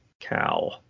cow